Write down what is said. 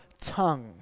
tongue